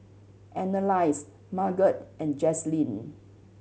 Annalise Marget and Jazlyn